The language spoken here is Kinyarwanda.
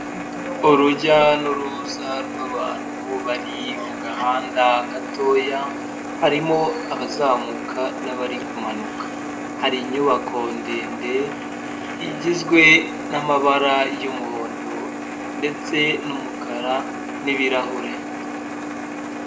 Urujya n'uruza rw'abantu bari mu gahanda gatoya harimo abazamuka n'abari kumanuka, hari inyubako ndende igizwe n'amabara y'umuhondo ndetse n'umukara n'ibirahure.